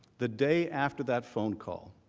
the day after that phone call.